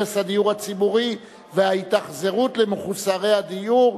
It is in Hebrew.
הרס הדיור הציבורי וההתאכזרות למחוסרי הדיור.